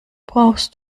brauchst